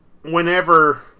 whenever